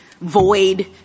void